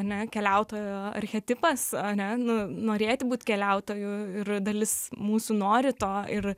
ane keliautojo archetipas ane nu norėti būt keliautoju ir dalis mūsų nori to ir